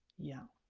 yeah,